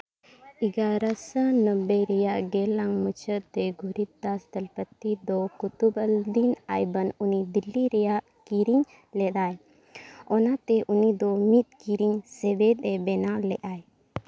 ᱮᱜᱟᱨᱚᱥᱚ ᱱᱚᱵᱵᱮ ᱨᱮᱭᱟᱜ ᱜᱮᱞᱟᱝ ᱢᱩᱪᱟᱹᱫ ᱨᱮ ᱜᱷᱩᱨᱤᱫ ᱫᱟᱥ ᱫᱚᱞᱯᱚᱛᱤ ᱫᱚ ᱠᱩᱛᱩᱵᱼᱟᱞᱼᱫᱤᱱ ᱟᱭᱵᱟᱝ ᱩᱱᱤ ᱫᱤᱞᱞᱤ ᱨᱮᱭᱟᱜ ᱠᱤᱨᱤᱧ ᱞᱮᱫᱟᱭ ᱚᱱᱟᱛᱮ ᱩᱱᱤ ᱫᱚ ᱢᱤᱫ ᱠᱤᱨᱤᱧ ᱥᱮᱥᱮᱫᱼᱮ ᱵᱮᱱᱟᱣ ᱞᱮᱫᱟᱭ